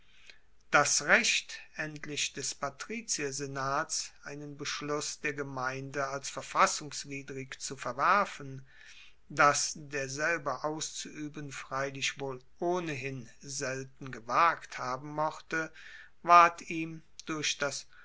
das recht endlich des patriziersenats einen beschluss der gemeinde als verfassungswidrig zu verwerfen das derselbe auszuueben freilich wohl ohnehin selten gewagt haben mochte ward ihm durch das